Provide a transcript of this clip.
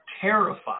terrified